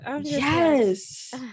yes